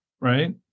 right